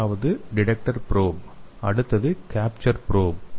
முதலாவது detector probe அடுத்தது capture probe